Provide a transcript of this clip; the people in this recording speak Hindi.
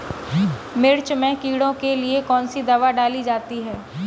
मिर्च में कीड़ों के लिए कौनसी दावा डाली जाती है?